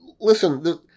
listen